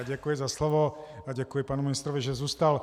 Děkuji za slovo a děkuji panu ministrovi, že zůstal.